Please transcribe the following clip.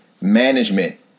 management